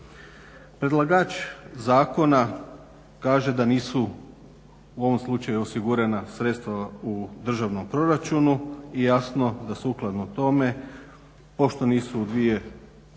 Predlagač zakona kaže da nisu u ovom slučaju osigurana sredstva u državnom proračunu i jasno da sukladno tome pošto nisu u 2013. godinu